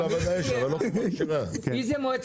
קומת ועדה יש, אבל לא קומה כשרה.